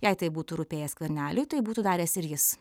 jei tai būtų rūpėję skverneliui tai būtų daręs ir jis